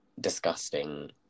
disgusting